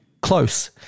Close